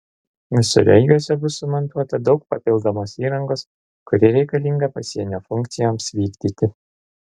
visureigiuose bus sumontuota daug papildomos įrangos kuri reikalinga pasienio funkcijoms vykdyti